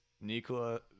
nikola